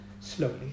slowly